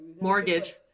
Mortgage